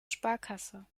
sparkasse